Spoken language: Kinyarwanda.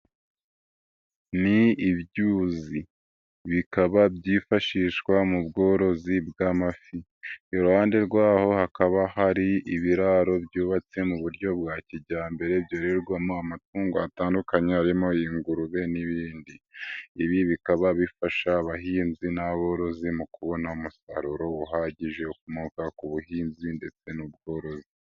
Ni ibyuzi bikaba byifashishwa mu bworozi bw'amafi, iruhande rwaho hakaba hari ibiraro byubatse mu buryo bwa kijyambere, byororerwamo amatungo atandukanye harimo ingurube n'ibindi. Ibi bikaba bifasha abahinzi n'aborozi mu kubona umusaruro uhagije ukomoka ku buhinzi ndetse n'ubworozi.